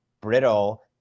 brittle